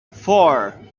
four